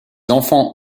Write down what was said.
enfants